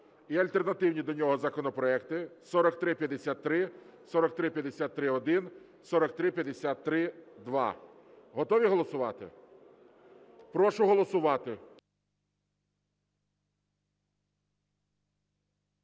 і альтернативні до нього законопроекти 4353, 4353-1, 4353-2. Готові голосувати? Прошу голосувати.